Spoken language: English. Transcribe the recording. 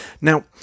Now